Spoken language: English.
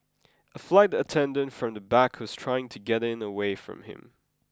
a flight attendant from the back was trying to get it away from him